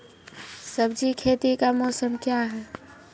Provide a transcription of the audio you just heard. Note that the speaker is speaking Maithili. सब्जी खेती का मौसम क्या हैं?